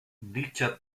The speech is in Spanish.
dicha